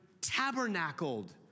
tabernacled